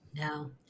No